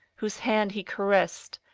whose hand he caressed,